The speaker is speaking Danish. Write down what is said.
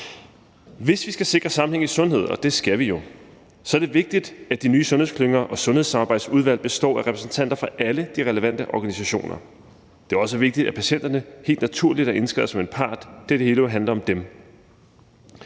Hvis vi skal sikre sammenhængen i sundhedsvæsenet – og det skal vi jo – er det vigtigt, at de nye sundhedsklynger og sundhedssamarbejdsudvalg består af repræsentanter fra alle de relevante organisationer. Det er også vigtigt, at patienterne helt naturligt er indskrevet som en part, da det hele jo handler om dem.